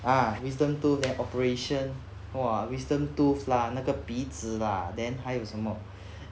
ah wisdom tooth then operation !wah! wisdom tooth lah 那个鼻子 lah then 还有什么